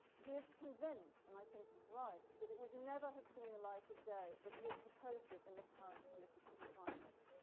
he is convinced and i think he's right that it would never have seen the light of day if he had proposed it in the current political climate.